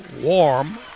Warm